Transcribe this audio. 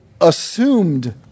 assumed